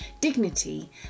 dignity